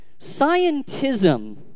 Scientism